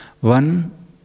one